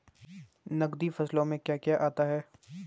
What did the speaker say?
नकदी फसलों में क्या आता है?